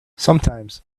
sometimes